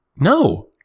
No